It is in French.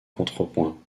contrepoint